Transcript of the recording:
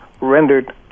rendered